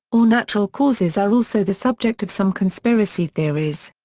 or natural causes are also the subject of some conspiracy theories.